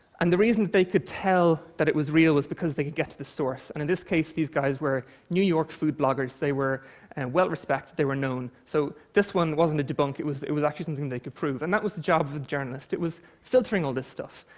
and the reason that they could tell that it was real was because they could get to the source, and in this case, these guys were new york food bloggers. they were and well respected. they were known. so this one wasn't a debunk, it was it was actually something that they could prove. and that was the job of the journalist. it was filtering all this stuff.